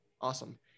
Awesome